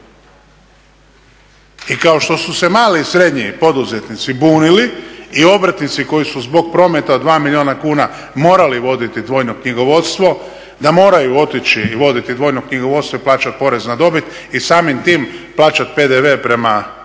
I kao što su se mali i srednji poduzetnici bunili i obrtnici koji su zbog prometa od 2 milijuna kuna morali voditi dvojno knjigovodstvo, da moraju otići i voditi vojno knjigovodstvo i plaćati porez na dobit i samim tim plaćati PDV prema …